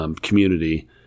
community